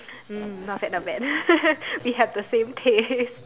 mm not bad not bad we have the same taste